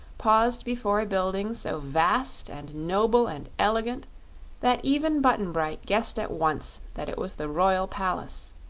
paused before a building so vast and noble and elegant that even button-bright guessed at once that it was the royal palace.